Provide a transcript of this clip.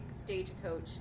stagecoach